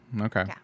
Okay